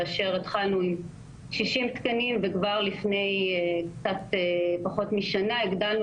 התחלנו עם תקנים קטנים וכבר לפני פחות משנה הגדלנו